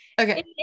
okay